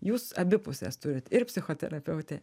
jūs abi puses turit ir psichoterapeutė